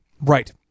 Right